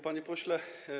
Panie Pośle!